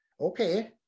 okay